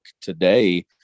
today